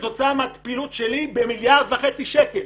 כתוצאה מהביקורת שלי במיליארד וחצי שקל